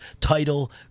title